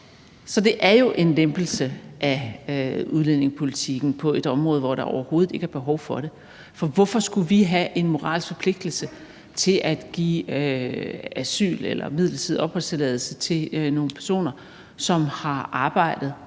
Så det er jo en lempelse af udlændingepolitikken på et område, hvor der overhovedet ikke er behov for det, for hvorfor skulle vi have en moralsk forpligtelse til at give asyl eller midlertidig opholdstilladelse til nogle personer, som har arbejdet